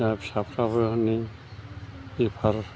दा फिसाफ्राबो होनै बेफार